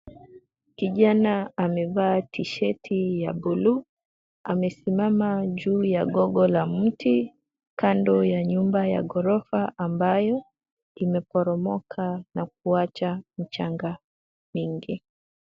Kijana amevaa tishati ya buluu, amesimama juu ya gogo la mti kando ya nyumba ya gorofa ambayo imeporomoka na kuacha mchanga mingi.